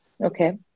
Okay